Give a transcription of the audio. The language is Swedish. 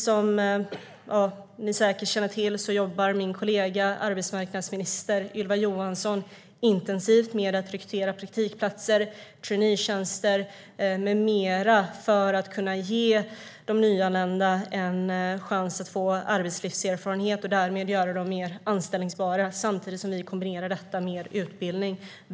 Som ni säkert känner till jobbar min kollega arbetsmarknadsminister Ylva Johansson intensivt med att rekrytera praktikplatser och traineetjänster med mera för att kunna ge de nyanlända en chans att få arbetslivserfarenhet och därmed bli mer anställbara, samtidigt som vi kombinerar detta med utbildning.